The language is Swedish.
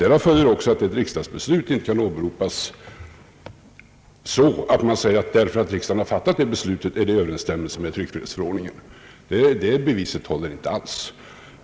Därav följer att ett riksdagsbeslut inte kan åberopas så, att man säger att eftersom riksdagen har fattat beslutet så är det i överensstämmelse med i detta fall tryckfrihetsförordningen. Det »beviset» håller inte alls.